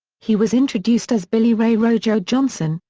he was introduced as billy ray rojo johnson,